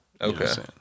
Okay